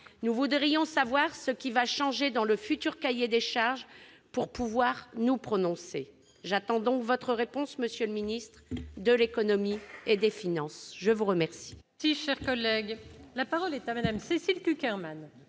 Nous voudrions savoir ce qui va changer dans le futur cahier des charges pour pouvoir nous prononcer. J'attends donc votre réponse, monsieur le ministre de l'économie et des finances. La parole